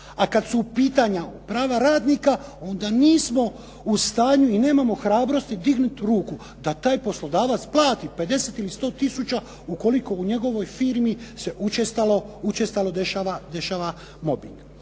A kada su u pitanju prava radnika, onda nismo u stanju i nemamo hrabrosti dignuti ruku da taj poslodavac plati 50 ili 100 tisuća ukoliko u njegovoj firmi se učestalo dešava mobing.